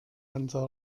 hansa